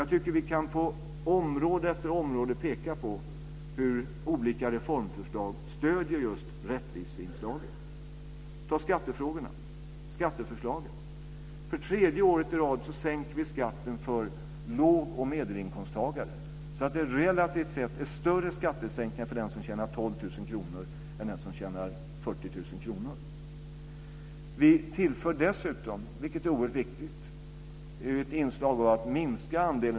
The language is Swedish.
Jag tycker att vi på område efter område kan peka på hur olika reformförslag stöder just rättviseinslaget. För tredje året i rad sänker vi skatten för låg och medelinkomsttagare så att det relativt sett blir större skattesänkningar för den som tjänar 12 000 kr än för den som tjänar 40 000 kr.